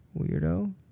Weirdo